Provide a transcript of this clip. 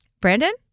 Brandon